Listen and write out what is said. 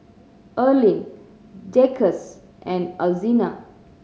Erline Jacquez and Alzina